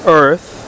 earth